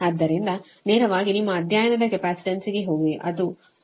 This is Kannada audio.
ಆದ್ದರಿಂದ ನೇರವಾಗಿ ನಿಮ್ಮ ಅಧ್ಯಾಯದ ಕೆಪಾಸಿಟನ್ಸ್ಗೆ ಹೋಗಿ ಅದು 20